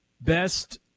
Best